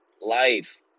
life